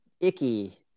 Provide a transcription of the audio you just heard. icky